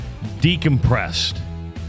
decompressed